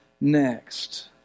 next